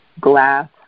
glass